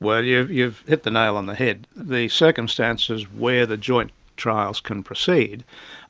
well, you've you've hit the nail on the head. the circumstances where the joint trials can proceed